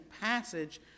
passage